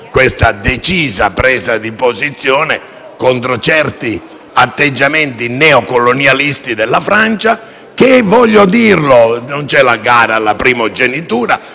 la decisa presa di posizione contro certi atteggiamenti neocolonialisti della Francia. Voglio evidenziare - non è una gara alla primogenitura,